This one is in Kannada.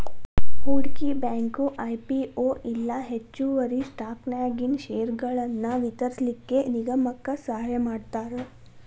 ಹೂಡ್ಕಿ ಬ್ಯಾಂಕು ಐ.ಪಿ.ಒ ಇಲ್ಲಾ ಹೆಚ್ಚುವರಿ ಸ್ಟಾಕನ್ಯಾಗಿನ್ ಷೇರ್ಗಳನ್ನ ವಿತರಿಸ್ಲಿಕ್ಕೆ ನಿಗಮಕ್ಕ ಸಹಾಯಮಾಡ್ತಾರ